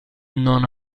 non